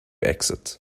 exit